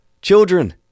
Children